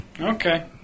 okay